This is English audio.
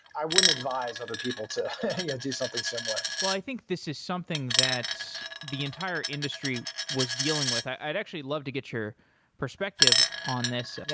i wouldn't advice other people to yeah do something similar but i think this is something that the entire industry was dealing with. i'd actually love to get your perspective on this.